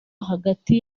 hagati